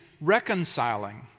reconciling